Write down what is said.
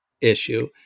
issue